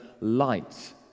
light